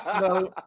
No